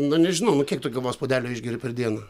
na nežinau nu kiek tu kavos puodelių išgeri per dieną